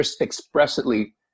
expressly